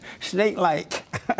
Snake-like